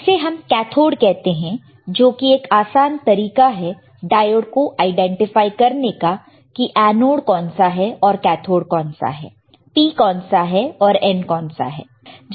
इसे हम कैथोड कहते हैं जो कि एक आसान तरीका है डायोड को आईडेंटिफाई करने का की एनोड कौन सा है और कैथोड कौन सा है P कौन सा है और N कौन सा है